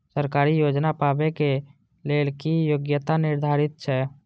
सरकारी योजना पाबे के लेल कि योग्यता निर्धारित छै?